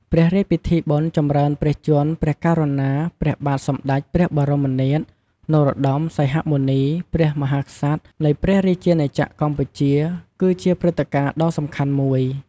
ព្រះរាជពិធីបុណ្យចម្រើនព្រះជន្ម ព្រះករុណា ព្រះបាទសម្តេចព្រះបរមនាថ នរោត្តម សីហមុនី ព្រះមហាក្សត្រ នៃព្រះរាជាណាចក្រកម្ពុជា គឺជាព្រឹត្តិការណ៍ដ៏សំខាន់មួយ។